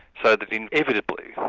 so that inevitably,